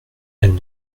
elles